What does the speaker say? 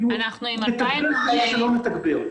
נתגבר כמה שלא נתגבר.